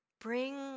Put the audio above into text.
bring